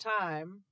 time